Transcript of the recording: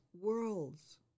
worlds